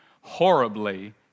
horribly